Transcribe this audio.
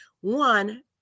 One